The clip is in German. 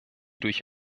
durch